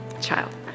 child